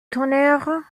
tonnerre